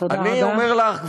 תודה רבה.